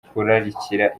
kurarikira